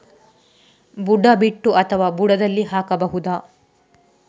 ಬುಡ ಬಿಟ್ಟು ಅಥವಾ ಬುಡದಲ್ಲಿ ಹಾಕಬಹುದಾ?